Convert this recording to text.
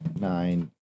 nine